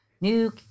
new